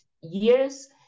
years